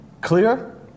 Clear